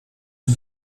een